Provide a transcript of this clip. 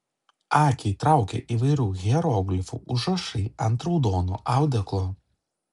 akį traukia įvairių hieroglifų užrašai ant raudono audeklo